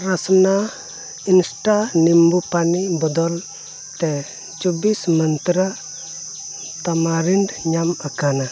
ᱨᱚᱥᱚᱱᱟ ᱤᱱᱥᱴᱟ ᱱᱤᱢᱵᱩᱯᱟᱹᱱᱤ ᱵᱚᱫᱚᱞ ᱛᱮ ᱪᱚᱵᱵᱤᱥ ᱢᱚᱱᱛᱨᱟ ᱛᱟᱢᱟᱨᱤᱱᱰ ᱧᱟᱢ ᱟᱠᱟᱱᱟ